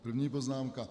První poznámka.